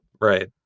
Right